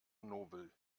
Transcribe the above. nobel